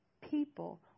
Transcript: People